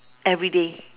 everyday